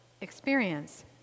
experience